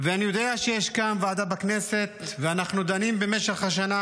ואני יודע שיש כאן ועדה בכנסת ואנחנו דנים במשך השנה,